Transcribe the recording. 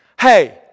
hey